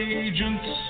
agents